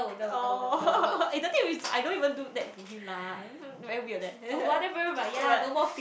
oh eh the thing is I don't even do that to him lah very weird eh but